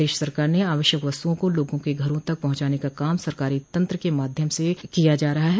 प्रदेश सरकार ने आवश्यक वस्तुओं को लोगों के घरों तक पहंचाने का काम सरकारी तंत्र के माध्यम से किया जा रहा है